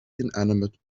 inanimate